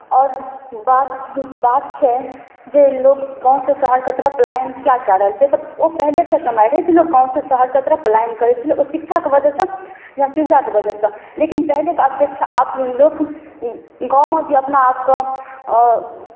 आओर बात बात छै जे लोग गामसँ शहरके तरफ पलायन किआ कए रहल छै तऽ ओ पहिलेके समय रहय जे लोक गामसँ शहरके तरफ पलायन करैत छलै ओ शिक्षाके वजहसँ या सुविधाके वजहसँ लेकिन पहिलेके अपेक्षा आब लोक गाममे भी अपना आपके